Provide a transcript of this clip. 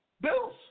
Bills